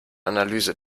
analyse